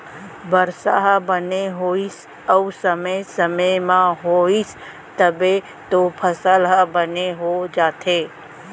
बरसा ह बने होइस अउ समे समे म होइस तब तो फसल ह बने हो जाथे